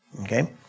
Okay